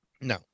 No